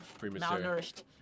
malnourished